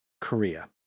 Korea